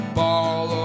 ball